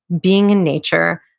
being in nature,